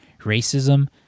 Racism